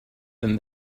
than